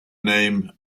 name